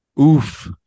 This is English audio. oof